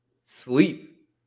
sleep